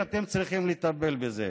ואתם צריכים לטפל בזה.